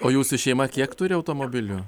o jūsų šeima kiek turi automobilių